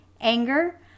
anger